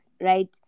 right